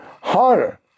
harder